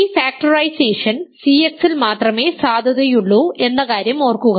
ഈ factorisation CX ൽ മാത്രമേ സാധുതയുള്ളൂ എന്ന കാര്യം ഓർക്കുക